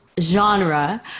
genre